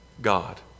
God